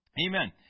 Amen